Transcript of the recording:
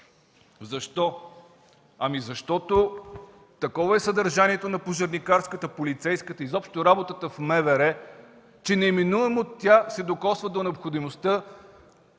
Защо? Ами, защото такова е съдържанието на пожарникарската, на полицейската, изобщо на работата в МВР, че неминуемо тя се докосва до необходимостта